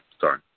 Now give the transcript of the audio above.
Sorry